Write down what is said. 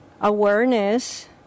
awareness